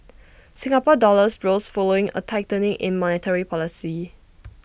Singapore's dollar rose following A tightening in monetary policy